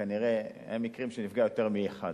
כנראה היו מקרים שנפגע יותר מאחד.